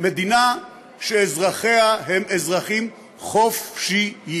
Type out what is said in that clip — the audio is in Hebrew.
מדינה שאזרחיה הם אזרחים חופשיים.